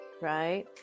right